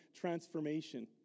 transformation